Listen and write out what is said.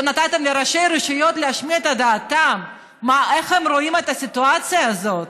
לא נתתם לראשי רשויות להשמיע את דעתם איך הם רואים את הסיטואציה הזאת.